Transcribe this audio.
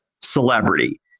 celebrity